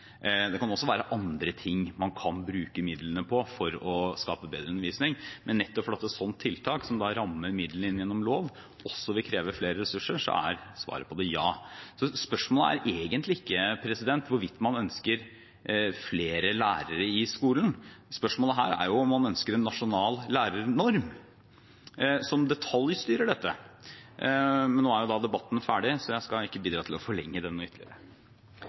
Det kan også være andre ting man kan bruke midlene på for å skape bedre undervisning, men nettopp fordi et sånt tiltak, som rammer inn midlene gjennom lov, også vil kreve flere ressurser, er svaret på det ja. Så spørsmålet er egentlig ikke hvorvidt man ønsker flere lærere i skolen. Spørsmålet her er jo om man ønsker en nasjonal lærernorm, som detaljstyrer dette. Men nå er debatten ferdig, så jeg skal ikke bidra til å forlenge den ytterligere.